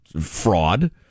fraud